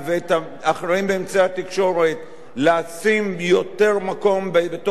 התקשורת לשים יותר מקום בתוך סדר-היום הלאומי שלנו,